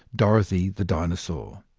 dorothy the dinosaur.